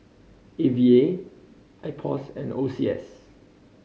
A V A IPOS and O C S